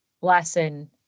lesson